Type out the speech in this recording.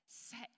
Set